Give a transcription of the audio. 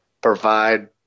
provide